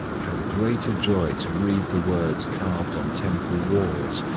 how great a joy to read the words carved on temple walls,